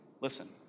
Listen